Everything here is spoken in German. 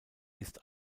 ist